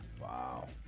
Wow